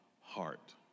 heart